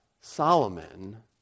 Solomon